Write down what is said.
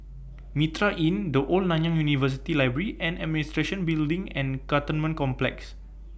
Mitraa Inn The Old Nanyang University Library and Administration Building and Cantonment Complex